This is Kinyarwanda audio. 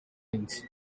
minsi